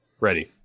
Ready